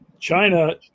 China